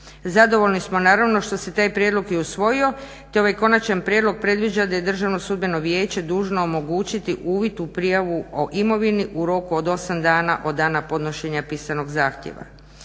Zadovoljni smo naravno što se taj prijedlog i usvojio te ovaj konačan prijedlog predviđa da je Državno sudbeno vijeće dužno omogućiti uvid u prijavu o imovini u roku od 8 dana od dana podnošenja pisanog zahtjeva.